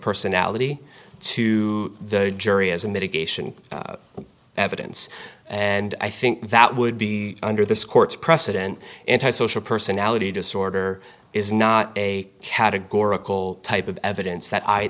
personality to the jury as a mitigation evidence and i think that would be under this court's precedent anti social personality disorder is not a categorical type of evidence that i